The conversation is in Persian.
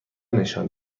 نشان